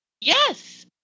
Yes